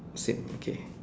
same okay